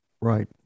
Right